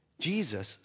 Jesus